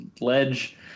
ledge